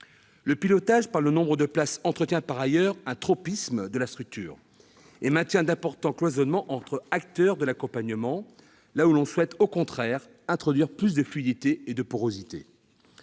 Le pilotage par le nombre de places entretient par ailleurs un tropisme de la structure et maintient d'importants cloisonnements entre acteurs de l'accompagnement, là où l'on souhaite, au contraire, introduire plus de fluidité et de porosité.